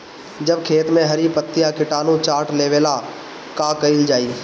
जब खेत मे हरी पतीया किटानु चाट लेवेला तऽ का कईल जाई?